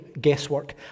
guesswork